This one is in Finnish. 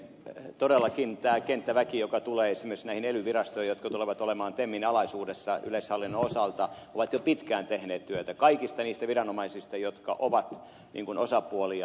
todellakin tämä kenttäväki joka tulee esimerkiksi näihin ely virastoihin jotka tulevat olemaan temmin alaisuudessa yleishallinnon osalta on jo pitkään tehnyt työtä kaikista niistä viranomaisista jotka ovat osapuolia